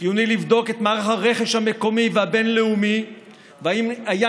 חיוני לבדוק את מערך הרכש המקומי והבין-לאומי ואם היה